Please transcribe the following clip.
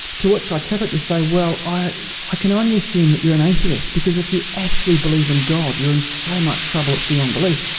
to which i typically say, well, i i can only assume that you're an atheist, because if you actually believe in god, you're in so much trouble it's beyond belief.